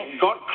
God